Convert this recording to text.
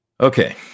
Okay